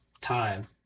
time